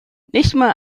nichtmal